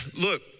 look